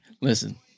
Listen